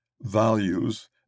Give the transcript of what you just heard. values